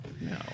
No